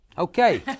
Okay